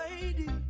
lady